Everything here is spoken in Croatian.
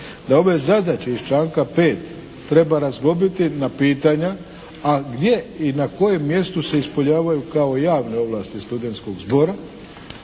da ove zadaće iz članka 5. treba razlomiti na pitanja a gdje i na kojem mjestu se ispoljavaju kao javne ovlasti studentskog zbora